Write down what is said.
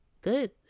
good